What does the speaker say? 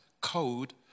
code